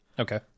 Okay